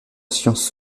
sciences